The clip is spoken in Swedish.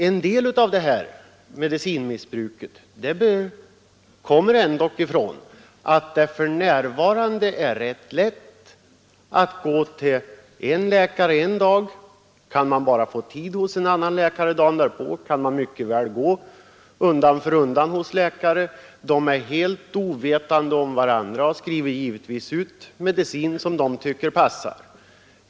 En del av det här medicinmissbruket beror på att det för närvarande är rätt lätt att gå till en läkare och därefter, om man bara får tid, fortsätta undan för undan hos olika läkare. Läkarna är helt ovetande om varandra och skriver givetvis ut medicin som de tycker passar.